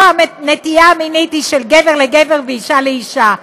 שהנטייה המינית של גבר לגבר ואישה לאישה.